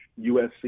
USC